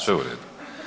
Sve u redu.